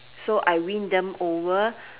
so I win them over